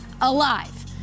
alive